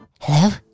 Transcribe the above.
Hello